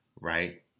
right